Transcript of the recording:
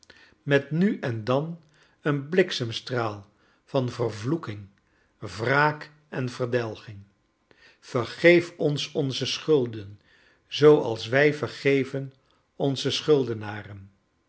met nu en dan een bliksemstraal van vervloeking wraak en verdelging vergeef ons onze schulden zooals wij vergeven onzen schuldenaren